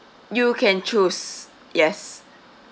you can choose yes